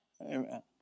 Amen